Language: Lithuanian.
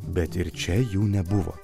bet ir čia jų nebuvo